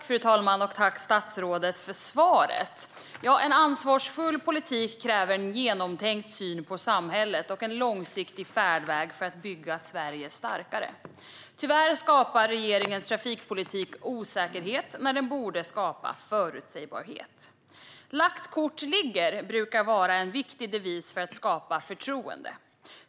Fru talman! Tack, statsrådet, för svaret! En ansvarsfull politik kräver en genomtänkt syn på samhället och en långsiktig färdväg för att bygga Sverige starkare. Tyvärr skapar regeringens trafikpolitik osäkerhet när den borde skapa förutsägbarhet. Lagt kort ligger, brukar vara en viktig devis för att skapa förtroende.